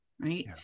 right